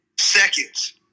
Seconds